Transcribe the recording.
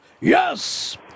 Yes